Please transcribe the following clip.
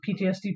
PTSD